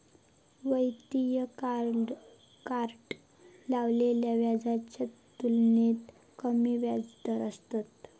वैयक्तिक कार्डार लावलेल्या व्याजाच्या तुलनेत कमी व्याजदर असतत